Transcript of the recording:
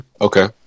Okay